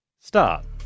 Start